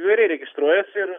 įvairiai registruojas ir